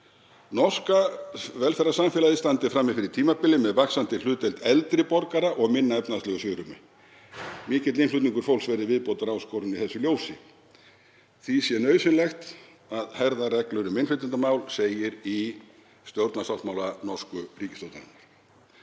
Norska velferðarsamfélagið standi frammi fyrir tímabili með vaxandi hlutdeild eldri borgara og minna efnahagslegu svigrúmi. Mikill innflutningur fólks verði viðbótaráskorun í þessu ljósi. Því sé nauðsynlegt að herða reglur um innflytjendamál, segir í stjórnarsáttmála norsku ríkisstjórnarinnar.